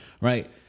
right